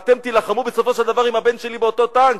אתם תילחמו בסופו של דבר עם הבן שלי באותו טנק.